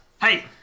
Hey